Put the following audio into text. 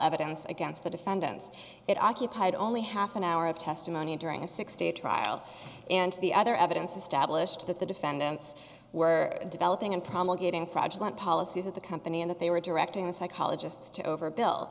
evidence against the defendants it occupied only half an hour of testimony during a six day trial and the other evidence established that the defendants were developing and promulgating fraudulent policies of the company and that they were directing the psychologists to overbill